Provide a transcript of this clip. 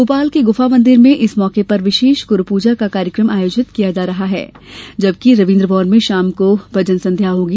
भोपाल के गुफा मंदिर में इस मौके पर विशेष गुरू पूजा का कार्यक्रम आयोजित किया जा रहा है जबकि रवीन्द्र भवन में शाम को भजन संध्या होगी